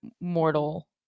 mortal